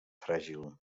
fràgil